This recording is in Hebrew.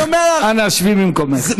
אנא, שבי במקומך.